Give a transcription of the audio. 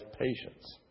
patience